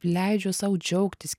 leidžiu sau džiaugtis